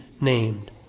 named